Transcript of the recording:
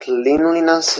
cleanliness